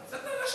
אנשים בבית.